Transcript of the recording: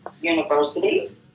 University